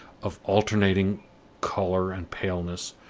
of alternating color and paleness,